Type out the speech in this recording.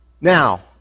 Now